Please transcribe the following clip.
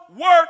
work